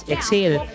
Exhale